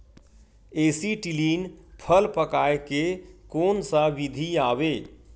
Acetylene फल पकाय के कोन सा विधि आवे?